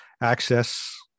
access